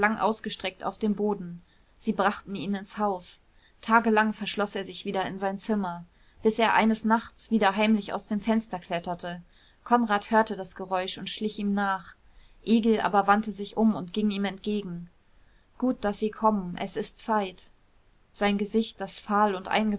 ausgestreckt auf dem boden sie brachten ihn ins haus tagelang verschloß er sich wieder in sein zimmer bis er eines nachts wieder heimlich aus dem fenster kletterte konrad hörte das geräusch und schlich ihm nach egil aber wandte sich um und ging ihm entgegen gut daß sie kommen es ist zeit sein gesicht das fahl und